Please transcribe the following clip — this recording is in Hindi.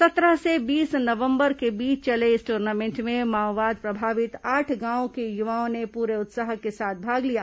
सहत्र से बीस नवंबर के बीच चले इस ट्र्नामेंट में माओवाद प्रभावित आठ गांवों के युवाओं ने पूरे उत्साह के साथ भाग लिया